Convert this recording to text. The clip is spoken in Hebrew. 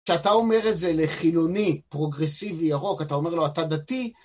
כשאתה אומר את זה לחילוני, פרוגרסיבי, ירוק, אתה אומר לו, אתה דתי?